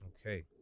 Okay